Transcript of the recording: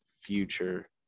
future